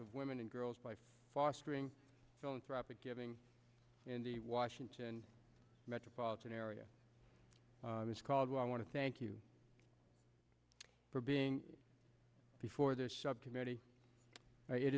of women and girls by fostering philanthropic giving in the washington metropolitan area is called why i want to thank you for being before this sub